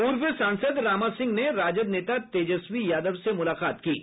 पूर्व सांसद रामा सिंह ने राजद नेता तेजस्वी यादव से मुलाकात की है